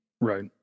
Right